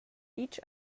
each